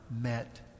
met